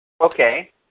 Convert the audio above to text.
Okay